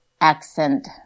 accent